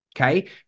Okay